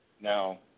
Now